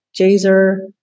Jazer